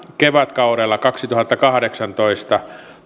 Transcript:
kevätkaudella kaksituhattakahdeksantoista